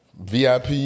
VIP